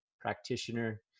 practitioner